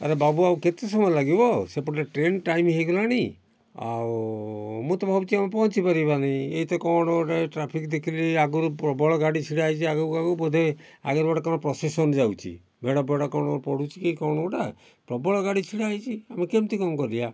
ଆରେ ବାବୁ ଆଉ କେତେ ସମୟ ଲାଗିବ ସେପଟେ ଟ୍ରେନ୍ ଟାଇମ୍ ହେଇଗଲାଣି ଆଉ ମୁଁ ତ ଭାବୁଛି ଆମେ ପହଞ୍ଚି ପାରିବା ନାଇଁ ଏତେ କ'ଣ ଗୋଟେ ଟ୍ରାଫିକ୍ ଦେଖିଲେ ଆଗରୁ ପ୍ରବଳ ଗାଡି ଛିଡ଼ା ହେଇଛି ଆଗକୁ ଆଗକୁ ବୋଧେ ଆଗରେ ଗୋଟେ ପ୍ରସେସନ୍ ଯାଉଛି ମେଢ଼ ଫେଢ଼ କ'ଣ ପଡ଼ୁଛି କ'ଣ ଗୋଟେ ପ୍ରବଳ ଗାଡ଼ି ଛିଡ଼ା ହେଇଛି ଆମେ କେମିତି କ'ଣ କରିବା